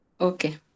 Okay